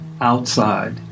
outside